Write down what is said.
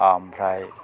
आमफ्राय